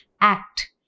act